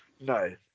No